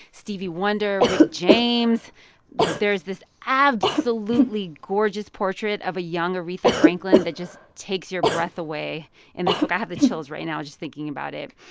stevie wonder, rick james there's this absolutely gorgeous portrait of a young aretha franklin that just takes your breath away in this book. i have the chills right now just thinking about it.